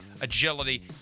agility